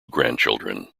grandchildren